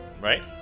right